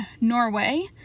Norway